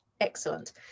Excellent